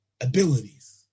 abilities